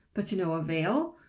but to no avail,